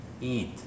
eat